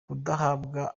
kudahabwa